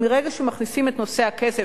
מרגע שמכניסים את נושא הכסף,